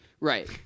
right